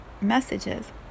messages